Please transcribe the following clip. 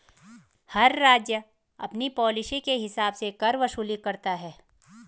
हर राज्य अपनी पॉलिसी के हिसाब से कर वसूली करता है